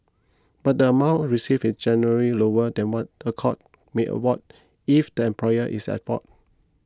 but the amount received generally lower than what a court may award if the employer is at fault